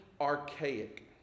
archaic